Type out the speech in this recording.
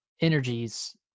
energies